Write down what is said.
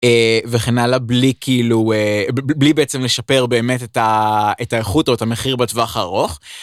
וכן הלאה בלי בעצם לשפר באמת את האיכות או את המחיר בטווח הארוך.